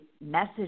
message